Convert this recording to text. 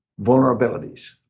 vulnerabilities